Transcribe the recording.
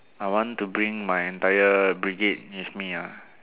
I want to bring my entire brigade with me ah